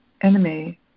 enemy